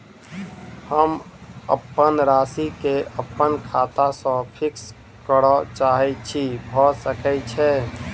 हम अप्पन राशि केँ अप्पन खाता सँ फिक्स करऽ चाहै छी भऽ सकै छै?